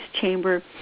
chamber